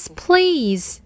please